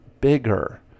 bigger